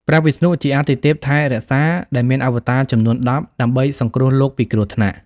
ព្រះវិស្ណុជាអាទិទេពថែរក្សា ដែលមានអវតារចំនួន ១០ ដើម្បីសង្គ្រោះលោកពីគ្រោះថ្នាក់។